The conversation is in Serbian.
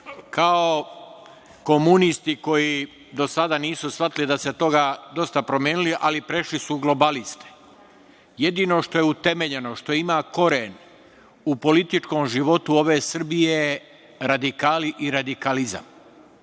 kao komunisti koji do sada nisu shvatili da se toga dosta promenilo ali prešli su u globaliste. Jedino što je utemeljeno, što ima koren u političkom životu ove Srbije radikali i radikalizam. Iz